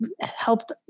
helped